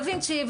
דה וינצ'י,